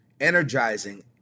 energizing